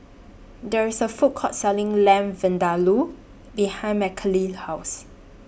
There IS A Food Court Selling Lamb Vindaloo behind Mckinley's House